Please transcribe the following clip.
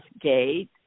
Gate